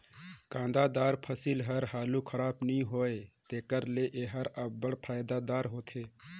कांदादार फसिल हर हालु खराब नी होए तेकर ले एहर अब्बड़ फएदादार होथे